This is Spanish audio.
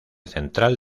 central